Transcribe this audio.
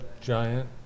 giant